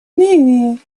ливии